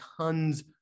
tons